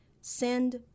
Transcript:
send